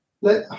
Let